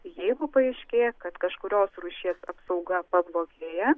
jeigu paaiškėja kad kažkurios rūšies apsauga pablogėja